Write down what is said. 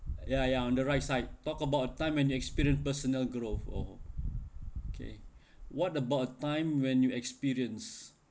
ya ya on the right side talk about time and experience personal growth oh okay what about a time when you experience